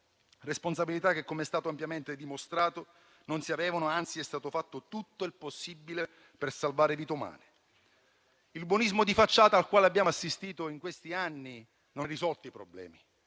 esso non aveva, com'è stato ampiamente dimostrato (anzi, è stato fatto tutto il possibile per salvare vite umane). Il buonismo di facciata al quale abbiamo assistito in questi anni non ha risolto i problemi